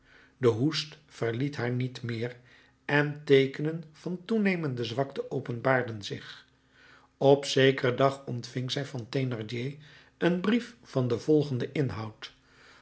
de hoest verliet haar niet meer en teekenen van toenemende zwakte openbaarden zich op zekeren dag ontving zij van thénardier een brief van den volgenden inhoud